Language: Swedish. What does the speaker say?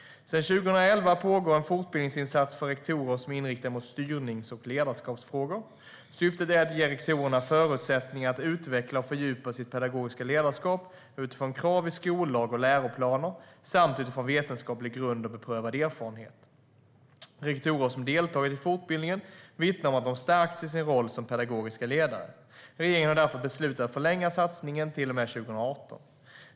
Sedan 2011 pågår en fortbildningsinsats för rektorer som är inriktad mot styrnings och ledarskapsfrågor. Syftet är att ge rektorerna förutsättningar att utveckla och fördjupa sitt pedagogiska ledarskap utifrån kraven i skollag och läroplaner samt utifrån vetenskaplig grund och beprövad erfarenhet. Rektorer som deltagit i fortbildningen vittnar om att de stärkts i sin roll som pedagogiska ledare. Regeringen har därför beslutat att förlänga satsningen till och med 2018.